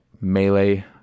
melee